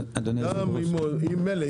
מילא,